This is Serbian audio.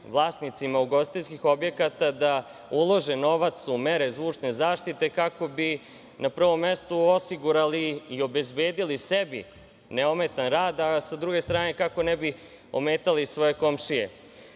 vlasnicima ugostiteljskih objekata da ulože novac u mere zvučne zaštite, kako bi na prvom mestu osigurali i obezbedili sebi neometan rad, a sa druge strane kako ne bi ometali svoje komšije.U